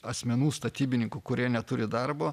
asmenų statybininkų kurie neturi darbo